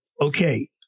Okay